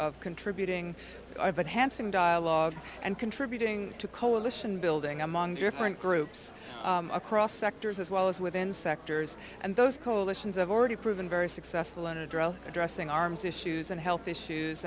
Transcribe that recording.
of contributing but handsome dialogue and contributing to coalition building among different groups across doctors as well as within sectors and those coalitions have already proven very successful on a drug addressing arms issues and health issues